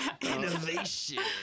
Innovation